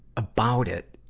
about it.